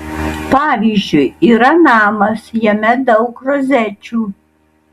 pavyzdžiui yra namas jame daug rozečių